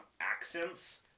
accents